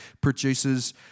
produces